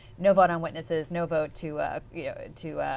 no vote on witnesses, no vote to you know to